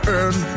end